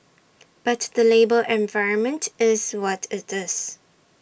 but the labour environment is what IT is